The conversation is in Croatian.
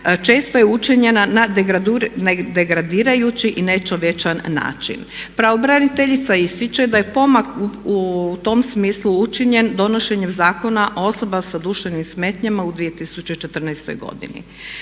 često je učinjena na nedegradirajući i nečovječan način. Pravobraniteljica ističe da je pomak u tom smislu učinjen donošenjem Zakona o osobama sa duševnim smetnjama u 2014. Dakle,